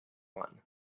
one